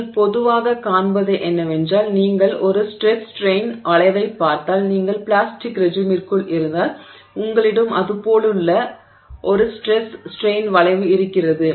நீங்கள் பொதுவாகக் காண்பது என்னவென்றால் நீங்கள் ஒரு ஸ்ட்ரெஸ் ஸ்ட்ரெய்ன் வளைவைப் பார்த்தால் நீங்கள் பிளாஸ்டிக் ரெஜிமிற்குள் இருந்தால் உங்களிடம் அது போலுள்ள ஒரு ஸ்ட்ரெஸ் ஸ்ட்ரெய்ன் வளைவு இருக்கிறது